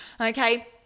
okay